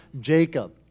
Jacob